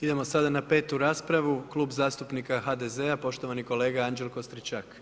Idemo sada na petu raspravu, Klub zastupnika HDZ-a, poštovani kolega Anđelko Stričak.